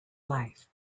life